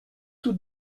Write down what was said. tout